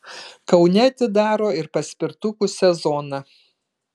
kaune atidaro ir paspirtukų sezoną